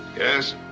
yes?